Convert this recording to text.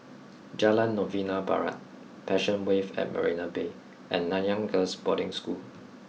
Jalan Novena Barat Passion Wave at Marina Bay and Nanyang Girls' Boarding School